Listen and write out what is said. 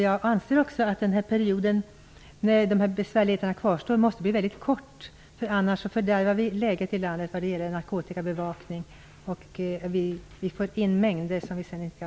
Jag anser att perioden med besvärligheter måste bli väldigt kort, annars fördärvar vi läget i landet vad gäller narkotikabevakning. Vi får in mängder som vi sedan inte kan styra.